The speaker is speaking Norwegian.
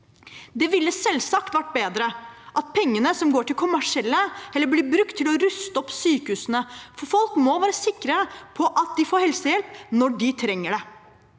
Det ville selvsagt vært bedre at pengene som går til kommersielle, heller ble brukt til å ruste opp sykehusene, for folk må være sikre på at de får helsehjelp når de trenger det.